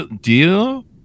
Deal